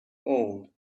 old